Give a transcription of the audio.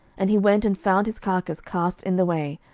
and he went and found his carcase cast in the way,